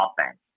offense